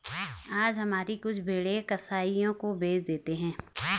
हम हमारी कुछ भेड़ें कसाइयों को बेच देते हैं